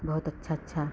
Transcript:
बहुत अच्छा अच्छा